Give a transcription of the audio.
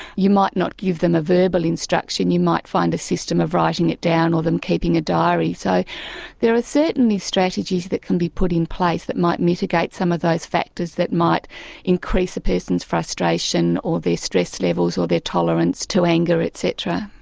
you might not give them a verbal instruction, you might find a system of writing it down, or them keeping a diary. so there are certainly strategies that can be put in place that mitigate some of those factors that might increase a person's frustration or their stress levels, or their tolerance to anger etc.